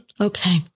okay